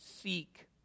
Seek